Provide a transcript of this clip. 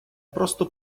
просто